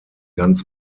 ganz